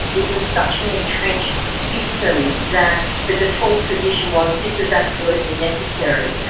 it was such an entrenched system that the default position was this is absolutely necessary.